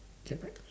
right